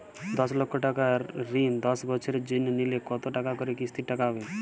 দশ লক্ষ টাকার ঋণ দশ বছরের জন্য নিলে কতো টাকা করে কিস্তির টাকা হবে?